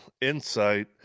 insight